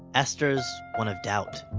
esther's one of doubt.